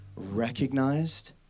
recognized